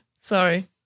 Sorry